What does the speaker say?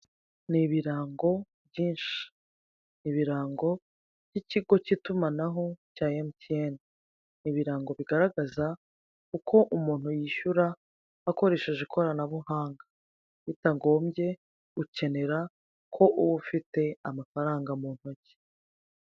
Ni ibirango byinshi, ibirango by'ikigo cy'itumanaho cya MTN, ibirango bigaragaza uko umuntu yishyura akoresheje ikoranabuhanga, bitagombye gukenera ko uba ufite amafaranga mu ntoki.